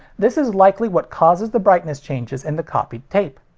this is likely what causes the brightness changes in the copied tape.